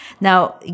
Now